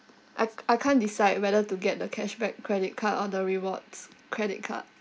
I I can't decide whether to get the cashback credit card or the rewards credit card